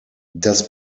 das